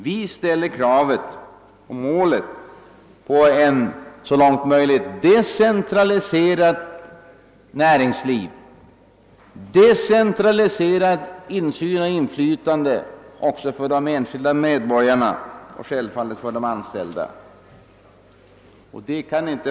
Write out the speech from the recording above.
Vi ställer krav på ett starkt decentraliserat näringsliv med insyn och med inflytande också för de enskilda medborgarna och självfallet för de anställda.